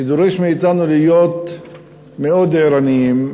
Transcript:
שדורש מאתנו להיות מאוד ערניים.